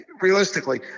realistically